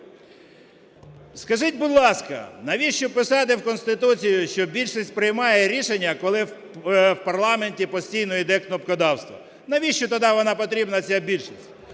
Скажіть, будь ласка, навіщо писати в Конституції, що більшість приймає рішення, коли в парламенті постійно йде кнопкодавство? Навіщо тоді вона потрібна, ця більшість?